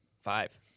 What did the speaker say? Five